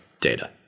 data